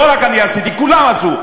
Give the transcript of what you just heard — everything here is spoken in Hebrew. לא רק אני עשיתי, כולם עשו.